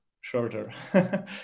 shorter